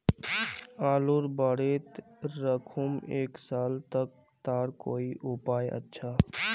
आलूर बारित राखुम एक साल तक तार कोई उपाय अच्छा?